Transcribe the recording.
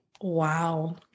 Wow